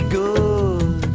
good